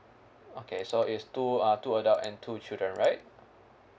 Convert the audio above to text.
okay so it's two uh two adult and two children right